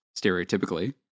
stereotypically